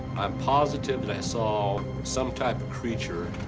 i'm positive that i saw some type of creature